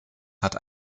hat